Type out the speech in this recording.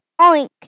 oink